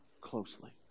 closely